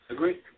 Agreed